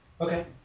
Okay